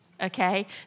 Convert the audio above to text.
Okay